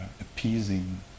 appeasing